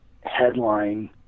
headline